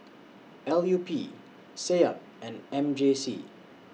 L U P Seab and M J C